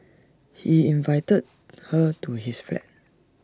he invited her to his flat